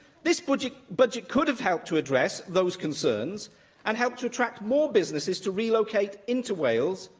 this budget budget could have helped to address those concerns and helped to attract more businesses to relocate into wales,